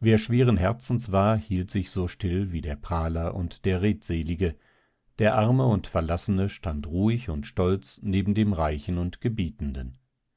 wer schweren herzens war hielt sich so still wie der prahler und der redselige der arme und verlassene stand ruhig und stolz neben dem reichen und gebietenden